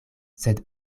sed